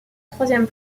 troisième